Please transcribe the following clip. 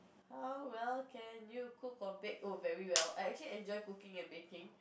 how well can you cook or bake oh very well I actually enjoy cooking and baking